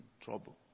trouble